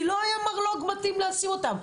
כי לא היה מרלו"ג מתאים לשים אותן.